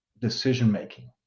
decision-making